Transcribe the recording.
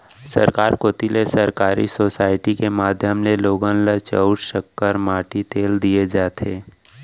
सरकार कोती ले सहकारी सोसाइटी के माध्यम ले लोगन ल चाँउर, सक्कर, माटी तेल दिये जाथे